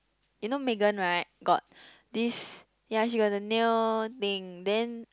you know Meghan right got this ya she got the nail thing then